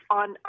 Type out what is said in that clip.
on